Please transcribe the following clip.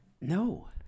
No